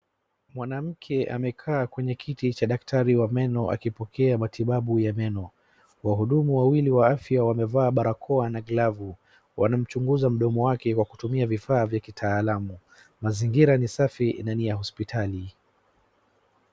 Mwanamke amekaa kwenye kiti cha dakatari wa meno akipokea matibabu ya meno. wahudumu wawili wa afya wamevaa barakoa na glavu, wanamchunguza mdomo wake kwa kutumia vifaa vya kitaalamu. Mazingira ni safi na ni ya hospitali.